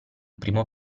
primo